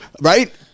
Right